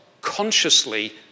consciously